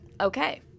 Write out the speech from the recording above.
Okay